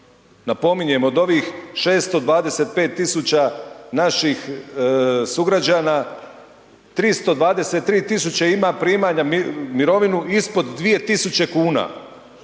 Napominjem od ovih 625.000 naših sugrađana 323.000 ima primanja mirovine ispod 2.000 kuna,